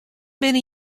binne